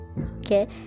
Okay